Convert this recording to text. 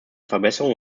verbesserung